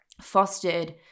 fostered